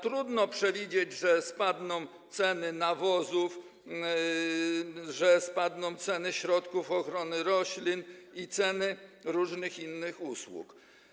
Trudno przewidywać, że spadną ceny nawozów, że spadną ceny środków ochrony roślin i ceny różnych usług.